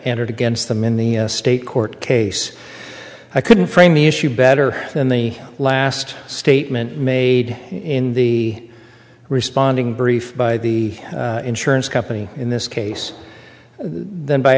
entered against them in the state court case i couldn't frame the issue better than the last statement made in the responding brief by the insurance company in this case then by